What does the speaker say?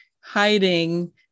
hiding